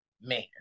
man